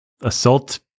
assault